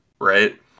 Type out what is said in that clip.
Right